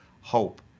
hope